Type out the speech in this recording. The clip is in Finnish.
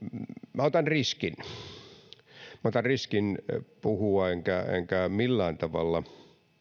minä otan riskin minä otan riskin puhua enkä enkä millään tavalla